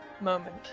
moment